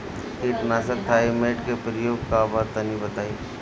कीटनाशक थाइमेट के प्रयोग का बा तनि बताई?